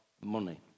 money